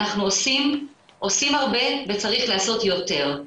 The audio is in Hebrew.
אנחנו עושים הרבה וצריך לעשות יותר,